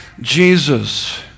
Jesus